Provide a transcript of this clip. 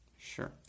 Sure